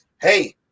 Hey